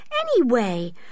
Anyway